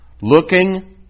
Looking